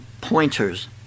pointers